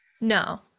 No